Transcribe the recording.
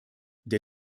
der